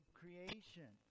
creation